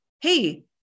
Hey